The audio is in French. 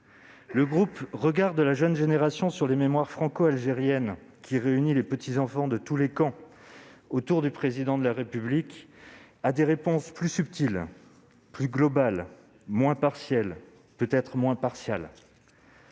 Le groupe « Regards de la jeune génération sur les mémoires franco-algériennes », qui réunit les petits-enfants de chaque camp autour du Président de la République, a des réponses plus subtiles, plus globales, moins partielles, peut-être aussi moins partiales.